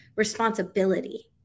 Responsibility